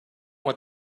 want